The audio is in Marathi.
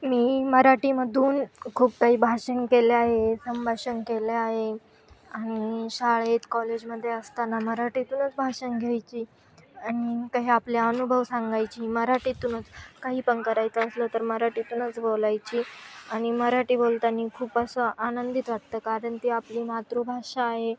मी मराठीमधून खूप काही भाषण केले आहे संभाषण केले आहे आणि शाळेत कॉलेजमध्ये असताना मराठीतूनच भाषण घ्यायची आणि काही आपला अनुभव सांगायची मराठीतूनच काही पण करायचं असलं तर मराठीतूनच बोलायची आणि मराठी बोलताना खूप असं आनंदित वाटतं कारण ती आपली मातृभाषा आहे